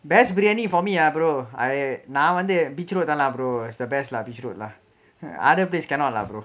best biryani for me ah brother I நா வந்து:naa vanthu beach road brother is the best lah beach road lah other place cannot lah brother